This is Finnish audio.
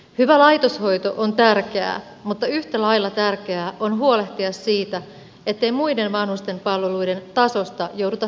hyvä laitoshoito on tärkeää mutta yhtä lailla tärkeää on huolehtia siitä ettei muiden vanhuspalveluiden tasosta jouduta tinkimään